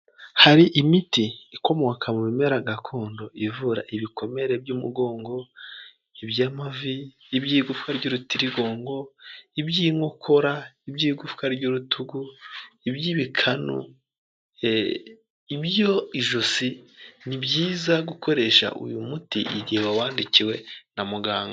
Hari imiti ikomoka mu bimera gakondo ivura ibikomere by'umugongo, iby' amavi, iby' igufwa ry'urutirigongo, iby'inkokora, iby' igufwa ry'urutugu, iby' ibikanu, iby’ ijosi ni byiza gukoresha uyu muti igihe wawandikiwe na muganga.